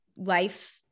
life